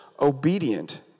obedient